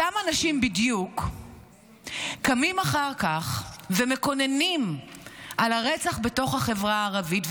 אותם אנשים בדיוק קמים אחר כך ומקוננים על הרצח בתוך החברה הערבית,